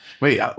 wait